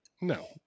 no